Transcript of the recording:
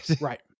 Right